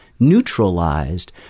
neutralized